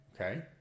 okay